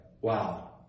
wow